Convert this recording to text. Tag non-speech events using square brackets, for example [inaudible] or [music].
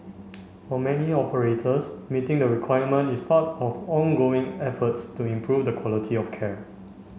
[noise] for many operators meeting the requirement is part of ongoing efforts to improve the quality of care